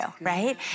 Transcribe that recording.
Right